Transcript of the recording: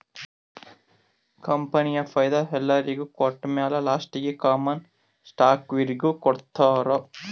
ಕಂಪನಿದು ಫೈದಾ ಎಲ್ಲೊರಿಗ್ ಕೊಟ್ಟಮ್ಯಾಲ ಲಾಸ್ಟೀಗಿ ಕಾಮನ್ ಸ್ಟಾಕ್ದವ್ರಿಗ್ ಕೊಡ್ತಾರ್